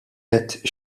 għedt